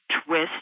twist